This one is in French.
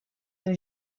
une